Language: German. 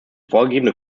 vorgegebene